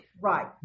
Right